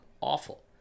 awful